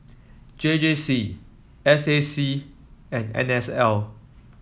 J J C S A C and N S L